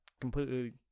completely